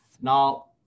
Now